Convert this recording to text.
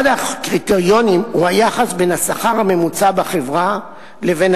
אחד הקריטריונים הוא היחס בין השכר הממוצע בחברה לבין